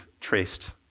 traced